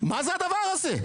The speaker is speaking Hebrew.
מה זה הדבר הזה?